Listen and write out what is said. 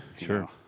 Sure